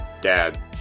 dad